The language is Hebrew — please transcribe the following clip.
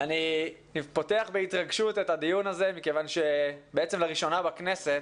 אני פותח בהתרגשות את הדיון הזה מכיוון שבעצם לראשונה בכנסת